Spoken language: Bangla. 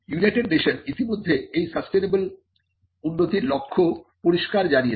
ইউনাইটেড নেশন ইতিমধ্যে এই সাসটেইনেবল উন্নতির লক্ষ্য পরিষ্কার জানিয়েছে